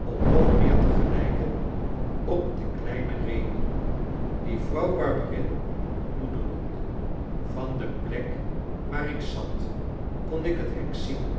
om nog meer te gelijken op den kleinen rémi die vrouw barberin moeder noemde van de plek waar ik zat kon ik het hek zien